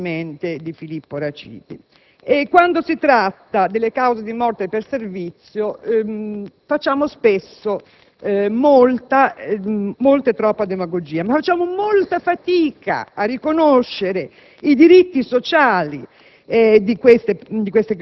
alla famiglia di Filippo Raciti, e quando si tratta delle cause di morte per servizio facciamo spesso molta, troppa demagogia, ma facciamo molta fatica a riconoscere i diritti sociali